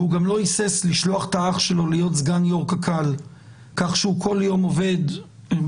והוא גם לא היסס לשלוח את האח לו להיות סגן יושב ראש קרן קיימת לישראל,